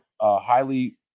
highly